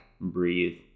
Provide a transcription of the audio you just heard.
breathe